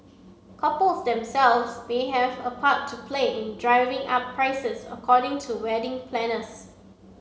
couples themselves may have a part to play in driving up prices according to wedding planners